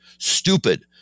Stupid